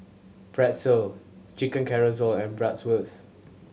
Pretzel Chicken Casserole and Bratwurst